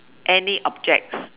any objects